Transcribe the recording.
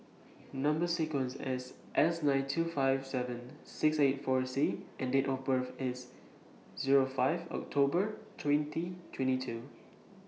Number sequence IS S nine two five seven six eight four C and Date of birth IS Zero five October twenty twenty two